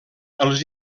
els